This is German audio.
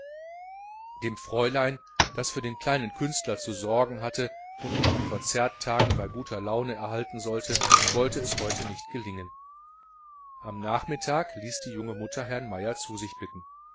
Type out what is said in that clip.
dem fräulein das für den kleinen künstler zu sorgen hatte und ihn an konzerttagen bei guter laune erhalten sollte wollte es heute nicht gelingen am nachmittag ließ die junge mutter herrn meier zu sich bitten